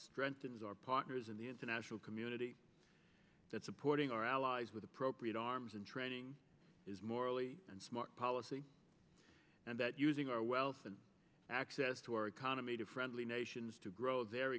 strengthens our partners in the international community that supporting our allies with appropriate arms and training is morally and smart policy and that using our wealth and access to our economy to friendly nations to grow their